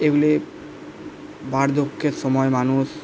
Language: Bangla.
এগুলি বার্ধক্যের সময় মানুষ